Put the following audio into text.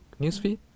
newsfeed